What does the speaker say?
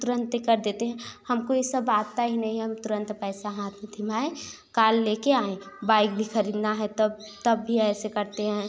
तुरंत ही कर देते हैं हमको यह सब आता ही नही है हम तुरंत पैसा हाथ में थमाए कार ले कर आएँ बाइक भी खरीदना है तब तब भी ऐसे करते हैं